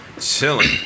chilling